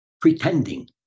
pretending